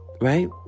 right